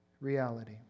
reality